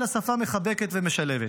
אלא שפה מחבקת ומשלבת.